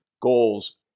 goals